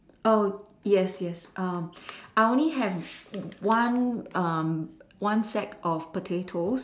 oh yes yes um I only have one um one sack of potatoes